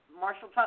Marshall